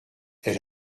elle